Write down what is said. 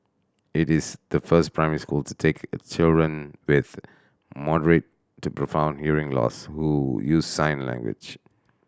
it is the first primary school to take in children with moderate to profound hearing loss who use sign language